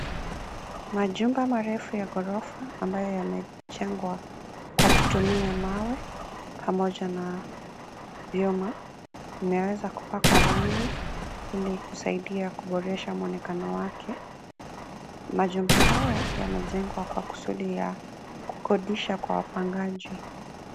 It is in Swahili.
Majumba marefu ya ghorofa ambayo yamejengwa kwa kutumia mawe pamoja na vyuma, imeweza kupakwa rangi ili kusaidia kuboresha mwonekano wake. Majumba haya yamejengwa kwa kusudi ya kukodisha kwa wapangaji.